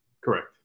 correct